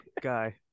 guy